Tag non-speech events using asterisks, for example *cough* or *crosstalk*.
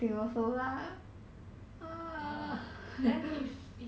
!huh! *laughs*